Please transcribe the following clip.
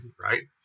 right